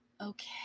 Okay